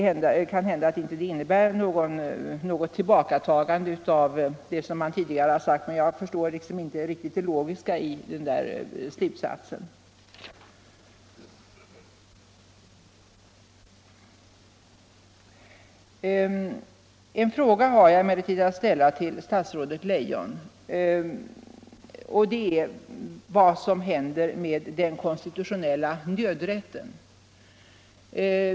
Det kan hända att detta inte innebär något tillbakatagande av det som man tidigare sagt, men jag förstår inte riktigt det logiska i slutsatsen. En fråga har jag också att ställa till statsrådet Leijon, och den gäller vad som händer med den konstitutionella nödrätten.